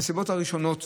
הנסיבות הראשונות,